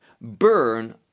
burn